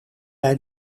bij